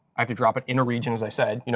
i could drop it in a region as i said. you know